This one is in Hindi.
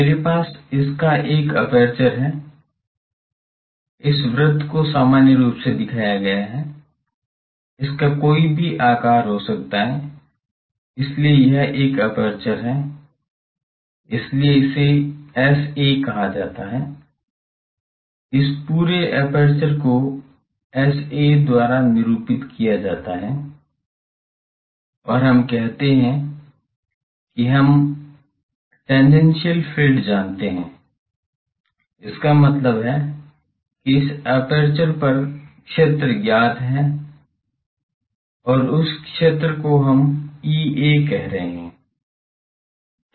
मेरे पास इसका एक एपर्चर है इस वृत को सामान्य रूप से दिखाया गया है इसका कोई भी आकार हो सकता है इसलिए यह एक एपर्चर है इसलिए इसे Sa कहा जाता है इस पूरे एपर्चर को Sa द्वारा निरूपित किया जाता है और हम कहते हैं कि हम टेंजेंटिअल फ़ील्ड जानते हैं इसका मतलब है कि इस एपर्चर पर क्षेत्र ज्ञात है और उस क्षेत्र को हम Ea कह रहे हैं